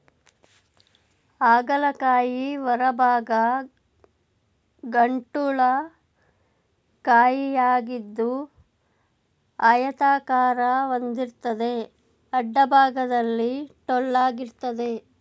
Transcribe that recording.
ಹಾಗಲ ಕಾಯಿ ಹೊರಭಾಗ ಗಂಟುಳ್ಳ ಕಾಯಿಯಾಗಿದ್ದು ಆಯತಾಕಾರ ಹೊಂದಿರ್ತದೆ ಅಡ್ಡಭಾಗದಲ್ಲಿ ಟೊಳ್ಳಾಗಿರ್ತದೆ